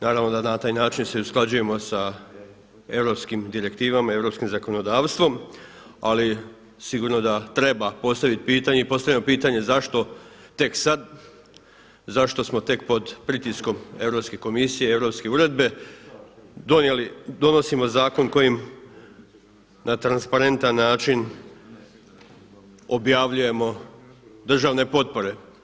Naravno da na taj način se usklađujemo sa europskim direktivama, europskim zakonodavstvom ali sigurno da treba postaviti pitanje i postavljam pitanje zašto tek sada, zašto smo tek pod pritiskom Europske komisije i europske uredbe donosimo zakon kojim na transparentan način objavljujemo državne potpore.